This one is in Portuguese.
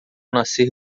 nascer